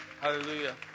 Hallelujah